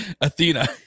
Athena